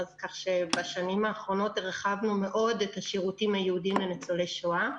כך שבשנים האחרונות הרחבנו מאוד את השירותים הייעודיים לניצולי שואה.